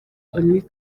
onu